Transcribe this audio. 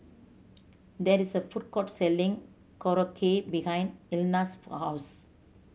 there is a food court selling Korokke behind Elna's house